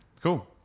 Cool